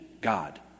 God